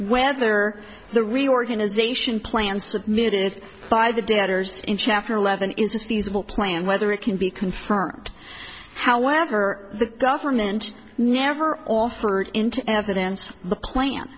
whether the reorganization plan submitted by the debtors in chapter eleven is a feasible plan whether it can be confirmed however the government never offered into evidence the plan